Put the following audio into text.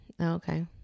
Okay